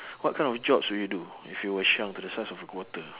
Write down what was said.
what kind of jobs will you do if you were shrunk to the size of a quarter